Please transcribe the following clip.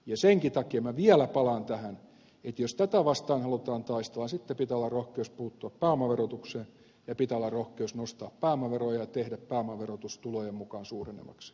ja senkin takia minä vielä palaan tähän että jos tätä vastaan halutaan taistella niin sitten pitää olla rohkeus puuttua pääomaverotukseen ja pitää olla rohkeus nostaa pääomaveroja ja tehdä pääomaverotus tulojen mukaan suurenevaksi